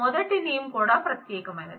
మొదటి నేమ్ కూడా ప్రత్యేకమైనది